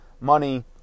money